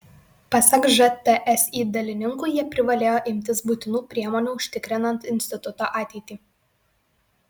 pasak žtsi dalininkų jie privalėjo imtis būtinų priemonių užtikrinant instituto ateitį